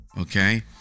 okay